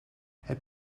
heb